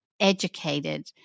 educated